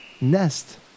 nest